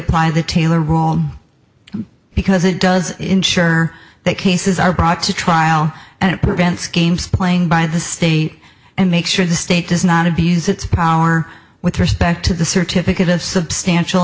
apply the taylor rule because it does ensure that cases are brought to trial and it prevents games playing by the state and make sure the state does not abuse its power with respect to the certificate of substantial